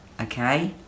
okay